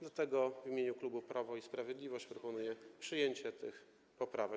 Dlatego w imieniu klubu Prawo i Sprawiedliwość proponuję przyjęcie tych poprawek.